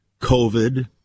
COVID